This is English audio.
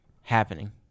happening